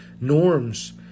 norms